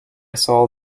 saw